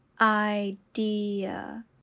idea